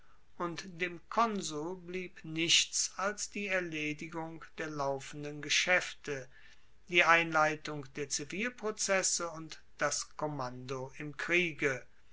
und dem konsul blieb nichts als die erledigung der laufenden geschaefte die einleitung der zivilprozesse und das kommando im kriege